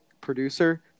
producer